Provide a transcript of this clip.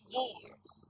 years